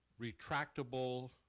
retractable